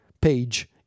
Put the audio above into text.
page